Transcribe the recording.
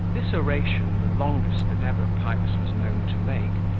this oration, the longest that ever pipes was known to make,